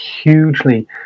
hugely